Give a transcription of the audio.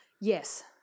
Yes